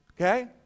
okay